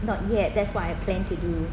not yet that's what I plan to do